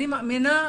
אני מאמינה,